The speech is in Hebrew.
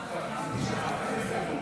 (מתן אישור בידי עובד בריאות הסביבה),